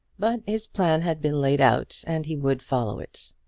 but his plan had been laid out and he would follow it.